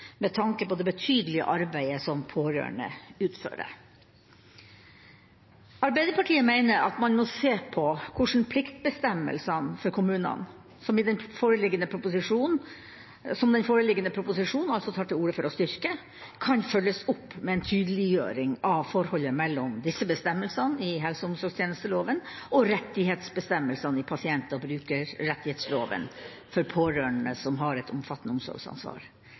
med tanke på det betydelige arbeidet som pårørende utfører. Arbeiderpartiet mener at man må se på hvordan pliktbestemmelsene for kommunene, som den foreliggende proposisjonen altså tar til orde for å styrke, kan følges opp med en tydeliggjøring av forholdet mellom disse bestemmelsene i helse- og omsorgstjenesteloven og rettighetsbestemmelsene i pasient- og brukerrettighetsloven for pårørende som har et omfattende omsorgsansvar.